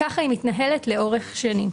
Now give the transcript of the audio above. כך היא מתנהלת לאורך שנים.